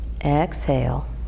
exhale